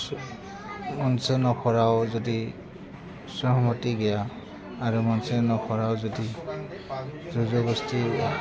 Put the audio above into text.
मोनसे न'खराव जुदि सहमथि गैया आरो मोनसे न'खराव जुदि जर'जबस्थि